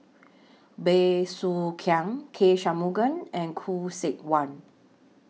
Bey Soo Khiang K Shanmugam and Khoo Seok Wan